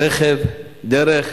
הרכב, דרך.